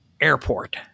airport